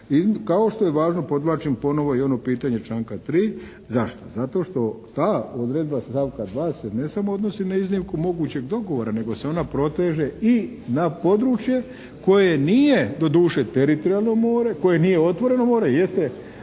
Kao što je važno podvlačim ponovo i ono pitanje članka 3. Zašto? Zato što ta odredba stavka 2. se ne samo odnosi na iznimku mogućeg dogovora, nego se ona proteže i na područje koje nije doduše teritorijalno more, koje nije otvoreno more. Jeste